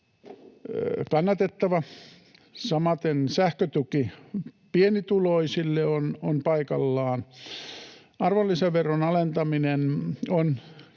kannatettava. Samaten sähkötuki pienituloisille on paikallaan. Arvonlisäveron alentaminen on